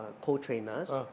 co-trainers